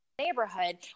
neighborhood